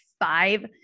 five